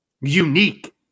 unique